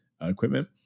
equipment